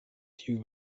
tiu